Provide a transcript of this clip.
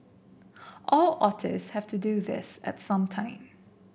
all otters have to do this at some time